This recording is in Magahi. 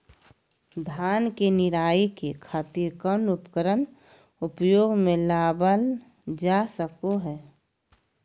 धान के निराई के खातिर कौन उपकरण उपयोग मे लावल जा सको हय?